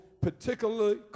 particularly